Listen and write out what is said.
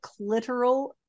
clitoral